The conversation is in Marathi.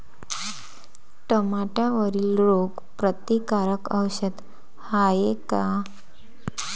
टमाट्यावरील रोग प्रतीकारक औषध हाये का?